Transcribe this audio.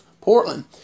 Portland